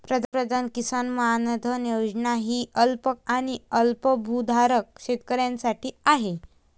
पंतप्रधान किसान मानधन योजना ही अल्प आणि अल्पभूधारक शेतकऱ्यांसाठी आहे